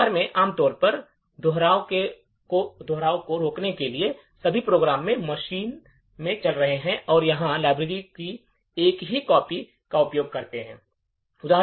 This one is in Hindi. व्यवहार में आमतौर पर दोहराव को रोकने के लिए सभी प्रोग्राम जो मशीन में चल रहे हैं वे साझा लाइब्रेरी की एक ही कॉपी का उपयोग करेंगे